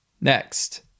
Next